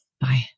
Bye